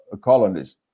colonies